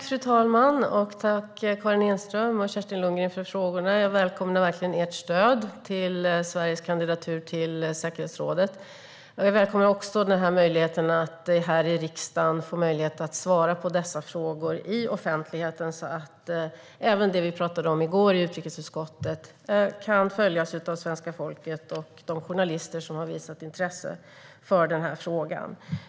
Fru talman! Tack, Karin Enström och Kerstin Lundgren, för frågorna! Jag välkomnar verkligen ert stöd till Sveriges kandidatur till säkerhetsrådet. Jag välkomnar också möjligheten att här i riksdagen svara på dessa frågor i offentligheten, så att även det vi pratade om i utrikesutskottet i går kan följas av svenska folket och de journalister som har visat intresse för den här frågan.